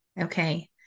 Okay